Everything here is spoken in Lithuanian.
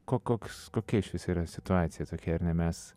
ko koks kokia išvis yra situacija tokia ar ne mes